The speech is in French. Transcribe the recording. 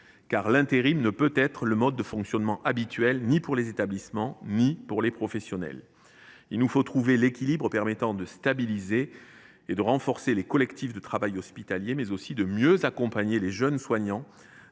agir. L’intérim ne peut être le mode de fonctionnement habituel des établissements et des professionnels. Il nous faut trouver l’équilibre permettant de stabiliser et de renforcer les collectifs de travail hospitaliers, mais aussi de mieux accompagner les jeunes soignants